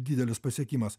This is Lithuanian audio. didelis pasiekimas